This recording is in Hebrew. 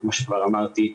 וכמו שכבר אמרתי,